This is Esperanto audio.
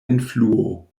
influo